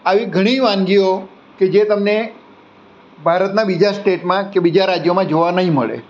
આવી ઘણી વાનગીઓ કે જે તમને ભારતનાં બીજા સ્ટેટમાં કે બીજા રાજ્યોમાં જોવા નહીં મળે